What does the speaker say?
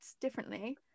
differently